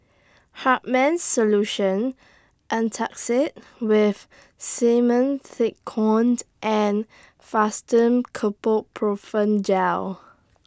Hartman's Solution Antacid with Simethicone and Fastum Gel